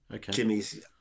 jimmy's